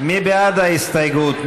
מי בעד ההסתייגות?